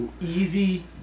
easy